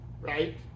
right